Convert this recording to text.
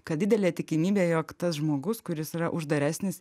kad didelė tikimybė jog tas žmogus kuris yra uždaresnis